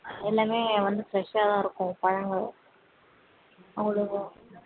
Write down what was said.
எல்லாமே வந்து ஃப்ரெஷ்ஷாகதான் இருக்கும் பழங்கள் அவங்களுக்கும்